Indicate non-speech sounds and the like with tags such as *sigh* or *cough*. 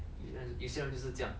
*laughs* mm